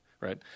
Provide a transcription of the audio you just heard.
right